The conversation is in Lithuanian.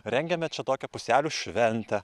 rengiame čia tokią puselių šventę